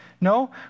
No